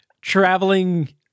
traveling